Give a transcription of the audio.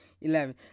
eleven